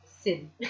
Sin